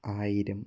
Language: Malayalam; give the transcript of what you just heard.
ആയിരം